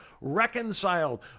reconciled